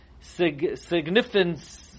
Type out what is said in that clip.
Significance